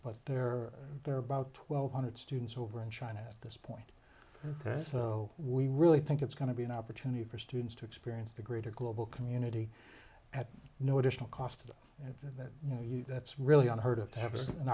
but there are about twelve hundred students over in china at this point there is so we really think it's going to be an opportunity for students to experience the greater global community at no additional cost and that you know you that's really unheard of to have